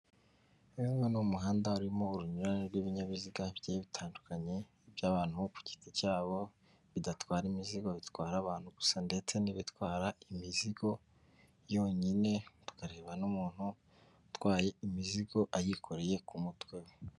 Uyu nguyu ni umuhanda urimo urunyurane rw'ibinyabiziga bigiye bitandukanye by'abantu ku giti cyabo, bidatwara imizigo bitwara abantu gusa ndetse n'ibitwara imizigo yonyine, tukareba n'umuntu utwaye imizigo ayikoreye ku mutwe we.